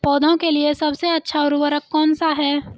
पौधों के लिए सबसे अच्छा उर्वरक कौन सा है?